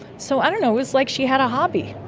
so i don't know, it was like she had a hobby.